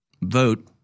vote